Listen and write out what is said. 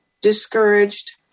discouraged